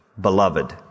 beloved